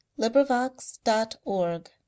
LibriVox.org